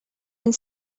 and